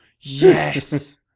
yes